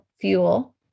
fuel